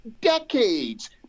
decades